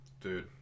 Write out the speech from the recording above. Dude